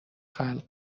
خلق